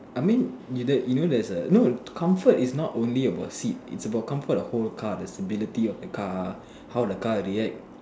I mean you don't you know there's no comfort is not only about seat is about comfort of whole car the stability of the car how the car react